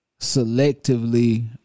selectively